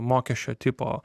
mokesčio tipo